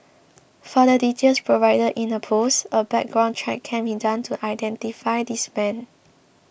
for the details provided in the post a background check can be done to identify this man